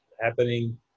happening